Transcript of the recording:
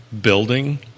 Building